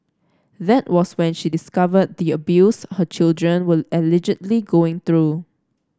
that was when she discovered the abuse her children were allegedly going through